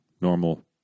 normal